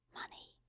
money